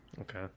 Okay